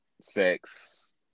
sex